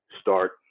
start